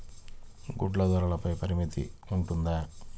గుడ్లు ధరల పై పరిమితి ఉంటుందా?